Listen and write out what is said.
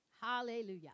Hallelujah